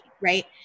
right